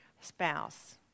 spouse